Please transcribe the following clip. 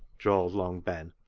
drawled long ben,